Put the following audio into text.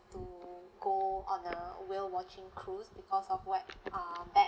to go on a whale watching cruise because of what uh bad